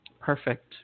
Perfect